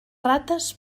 rates